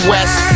West